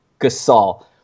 Gasol